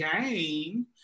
game